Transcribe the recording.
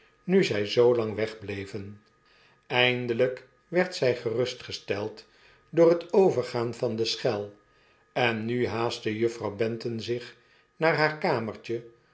nu zij zoo lang wegbleven eindelp werd ztf gerustgesteld door het overgaan van de schel en nu haastte juffrouw benton zich naar haar kamertje